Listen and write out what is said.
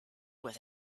with